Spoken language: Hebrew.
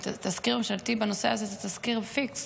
תזכיר ממשלתי בנושא הזה זה תזכיר פיקס.